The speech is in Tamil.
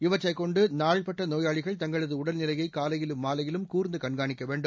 இவற்றை கொண்டு நாள்பட்ட நோயாளிகள் தங்களது உடல்நிலையை காலையிலும் மாலையிலும் கூர்ந்து கண்காணிக்க வேண்டும்